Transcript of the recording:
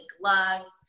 gloves